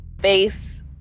face